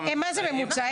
מה זה ממוצע?